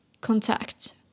contact